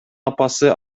апасы